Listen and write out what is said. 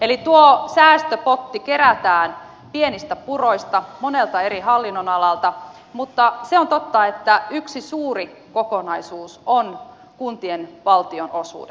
eli tuo säästöpotti kerätään pienistä puroista monelta eri hallinnonalalta mutta se on totta että yksi suuri kokonaisuus on kuntien valtionosuudet